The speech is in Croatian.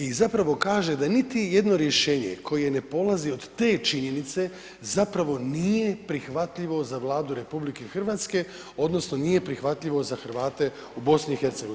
I zapravo kaže da niti jedno rješenje koje ne polazi od te činjenice zapravo nije prihvatljivo za Vladu RH odnosno nije prihvatljivo za Hrvate u BiH.